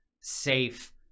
safe